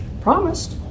promised